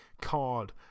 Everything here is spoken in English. card